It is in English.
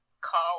call